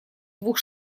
двух